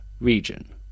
region